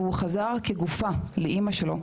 והוא חזר כגופה לאימא שלו,